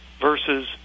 versus